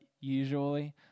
usually